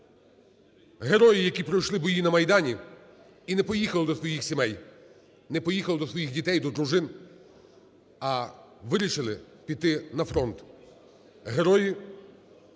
Герої, які пройшли бої на Майдані і не поїхали до своїх сімей, не поїхали до своїх дітей, до дружин, а вирішили піти на фронт. Герої